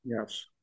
Yes